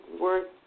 worth